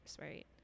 right